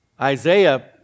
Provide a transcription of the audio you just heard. Isaiah